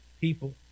people